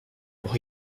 pour